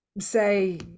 say